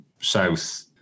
south